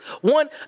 One